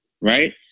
right